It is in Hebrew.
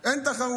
אין תחרות.